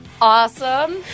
Awesome